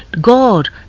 God